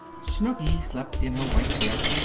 snooky slept in her white bed.